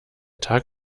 tag